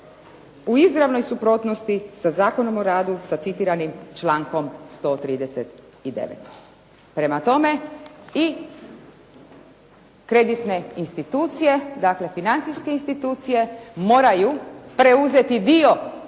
u izravnoj suprotnosti sa Zakonom o radu sa citiranim člankom 139. Prema tome i kreditne institucije, dakle, financijske institucije moraju preuzeti dio